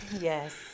Yes